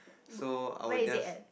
so I will just